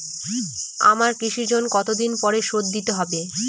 আমার কৃষিঋণ কতদিন পরে শোধ দিতে হবে?